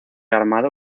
armado